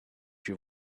you